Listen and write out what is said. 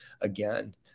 again